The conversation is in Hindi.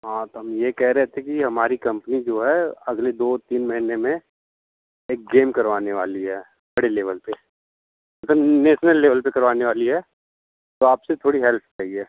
हाँ तो हम यह कह रहे थे कि हमारी कंपनी जो है अगले दो तीन महीने में एक गेम करवाने वाली है बड़े लेवल पर नेशनल लेवल पर करवाने वाली है तो आपसे थोड़ी हेल्प चाहिए